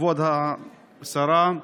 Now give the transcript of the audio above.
כבוד השרה,